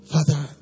Father